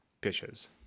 pitches